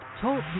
Talk